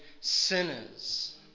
sinners